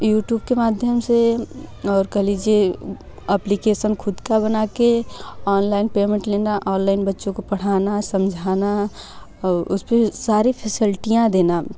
YouTube के माध्यम से और कह लीजिये अप्लिकेशन खुद का बना के ऑनलाईन पेमेंट लेना ऑनलाईन बच्चों को पढ़ाना समझाना उसपे सारे फैसिलिटियाँ देना